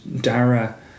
Dara